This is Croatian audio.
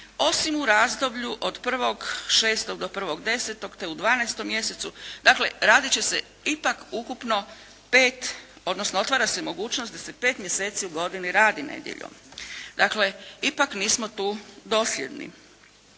osim u razdoblju od 1.6. do 1.10. te u 12. mjesecu. Dakle raditi će se ipak ukupno pet, odnosno otvara se mogućnost da se pet mjeseci u godini radi nedjeljom. Dakle ipak nismo tu dosljedni.